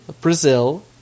brazil